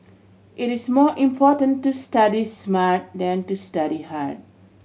it is more important to study smart than to study hard